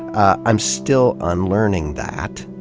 i'm still unlearning that.